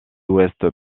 ouest